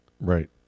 Right